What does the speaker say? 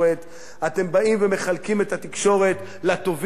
אתם באים ומחלקים את התקשורת לטובים ולרעים.